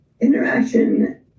interaction